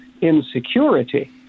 insecurity